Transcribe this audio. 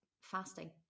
fasting